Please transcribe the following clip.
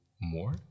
more